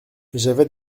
j’avais